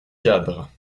cadres